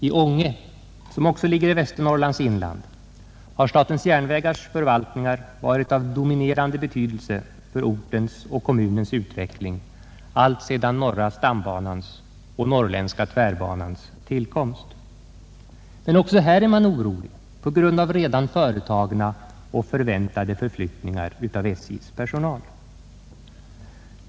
I Ånge, som också ligger i Västernorrlands inland, har statens järnvägars förvaltningar varit av dominerande betydelse för ortens och kommunens utveckling, alltsedan norra stambanans och norrländska tvärbanans tillkomst. Men också här är man orolig på grund av redan företagna och förväntade förflyttningar av SJ:s personal.